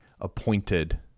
appointed